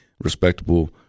respectable